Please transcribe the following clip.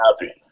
happy